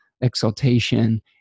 exaltation